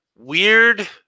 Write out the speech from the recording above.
Weird